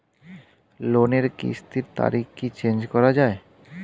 লোনের কিস্তির তারিখ কি চেঞ্জ করা যায়?